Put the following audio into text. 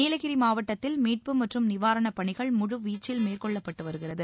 நீலகிரி மாவட்டத்தில் மீட்பு மற்றும் நிவாரணப் பணிகள் முழுவீச்சில் மேற்கொள்ளப்பட்டு வருகிறது